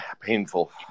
Painful